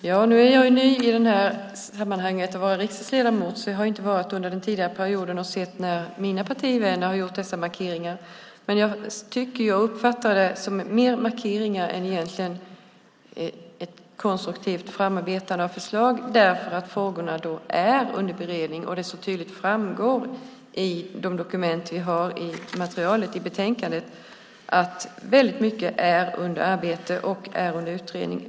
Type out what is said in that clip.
Herr talman! Jag är ny i sammanhanget som riksdagsledamot, så jag var inte med under den tidigare perioden och såg när mina partivänner gjorde dessa markeringar. Men jag uppfattar detta mer som markeringar än som konstruktivt framarbetade förslag eftersom frågorna är under beredning och det så tydligt framgår i de dokument vi har - i materialet och betänkandet - att mycket är under arbete och under utredning.